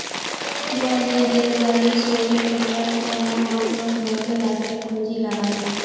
ग्वालियरेर गाड़ी शोरूम खोलवार त न अंकलक नब्बे लाखेर पूंजी लाग ले